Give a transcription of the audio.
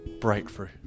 Breakthrough